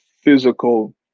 physical